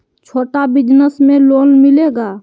छोटा बिजनस में लोन मिलेगा?